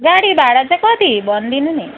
गाडी भाडा चाहिँ कति भन्दिनु नि